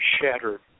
shattered